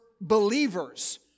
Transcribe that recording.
believers